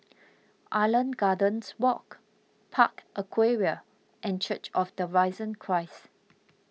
Island Gardens Walk Park Aquaria and Church of the Risen Christ